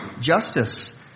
justice